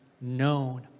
known